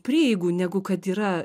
prieigų negu kad yra